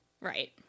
Right